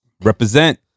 represent